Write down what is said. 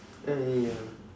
uh ya